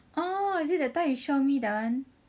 orh is that time you show me that one